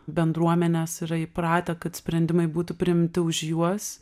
bendruomenės yra įpratę kad sprendimai būtų priimti už juos